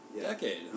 decade